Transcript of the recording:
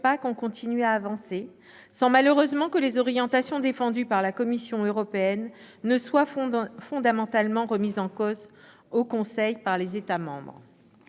PAC ont continué à avancer, sans malheureusement que les orientations défendues par la Commission européenne soient fondamentalement remises en question, au sein du Conseil, par les États membres.